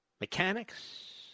Mechanics